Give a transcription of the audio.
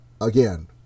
again